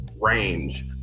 range